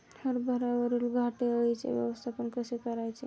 हरभऱ्यावरील घाटे अळीचे व्यवस्थापन कसे करायचे?